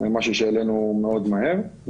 זה משהו שהעלינו מאוד מהר.